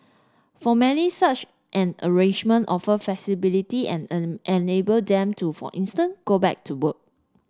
for many such an arrangement offer flexibility and an enable them to for instance go back to work